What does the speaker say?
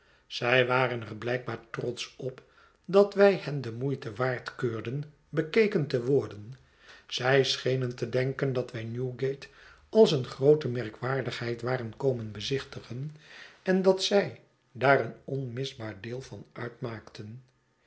zij waren er blijkbaar trotsch op dat wij hen de moeite waard keurden bekeken te worden zij schenen te denken dat wij newgate als een groote merkwaardigheid waren komen bezichtigen en dat zij daar een onmisbaar deel van uitmaakten